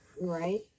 Right